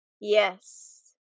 Yes